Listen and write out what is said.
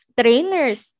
trainers